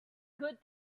good